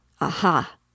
Aha